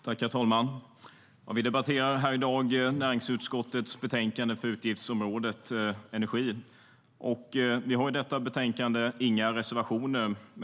Herr talman! Vi debatterar i dag näringsutskottets betänkande för utgiftsområdet Energi. Vi har i detta betänkande inga reservationer.